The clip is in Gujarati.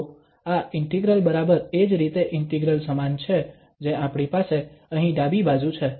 તો આ ઇન્ટિગ્રલ બરાબર એ જ રીતે ઇન્ટિગ્રલ સમાન છે જે આપણી પાસે અહીં ડાબી બાજુ છે